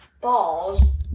balls